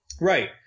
Right